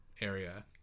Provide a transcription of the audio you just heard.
area